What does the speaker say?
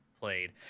played